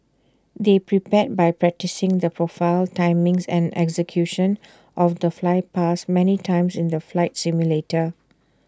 they prepared by practising the profile timings and execution of the flypast many times in the flight simulator